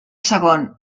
segon